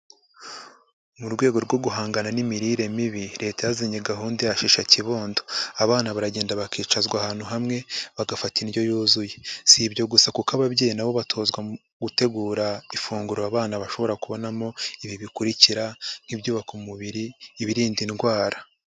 Mu rwego rwo guhangana n'imirire mibi, Leta yazanye gahunda ya shisha kibondo, abana baragenda bakicazwa ahantu hamwe bagafata indyo yuzuye, si ibyo gusa kuko ababyeyi nabo batozwa gutegura ifunguro abana bashobora kubonamo ibi bikurikira nk'ibyubaka umubiri, ibirinda indwara.